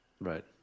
Right